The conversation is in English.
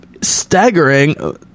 staggering